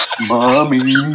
Mommy